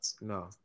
No